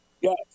yes